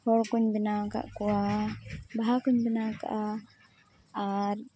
ᱦᱚᱲᱠᱚᱧ ᱵᱮᱱᱟᱣ ᱟᱠᱟᱫ ᱠᱚᱣᱟ ᱵᱟᱦᱟᱠᱚᱧ ᱵᱮᱱᱟᱣ ᱟᱠᱟᱫᱟ ᱟᱨ